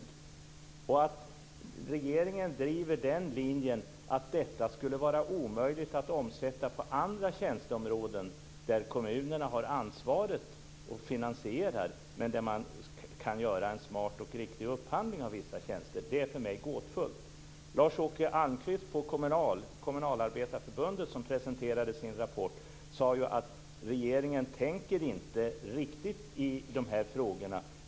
Det är för mig gåtfullt att regeringen driver linjen att detta skulle vara omöjligt att omsätta på andra tjänsteområden där kommunerna har ansvaret och finansierar men där man kan göra en smart och riktig upphandling av vissa tjänster. Lars-Åke Almqvist på Kommunalarbetareförbundet, som presenterat sin rapport, sade att regeringen inte tänker riktigt i de här frågorna.